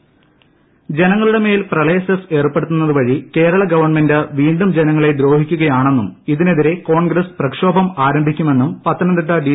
പ്രളയ സെസ് കൂട്ടധർണ ജനങ്ങളുടെ മേൽ പ്രളയ് സെസ് ഏർപ്പെടുത്തുന്നതു വഴി കേരള ഗവൺമെന്റ് വീണ്ടും ജനങ്ങളെ ദ്രോഹിക്കുകയാണെന്നും ഇതിനെതിരെ കോൺഗ്രസ് പ്രക്ഷോഭം ആരംഭിക്കുമെന്നും പത്തനംതിട്ട ഡി